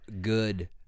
good